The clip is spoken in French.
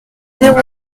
zéro